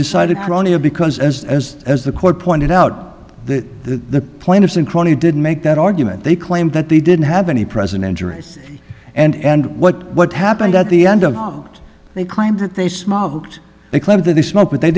decided grania because as as as the court pointed out that the plaintiffs in crony didn't make that argument they claim that they didn't have any presidential race and what what happened at the end of it they claimed that they smoked they claimed that they smoked but they